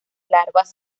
larvas